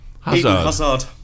Hazard